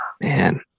man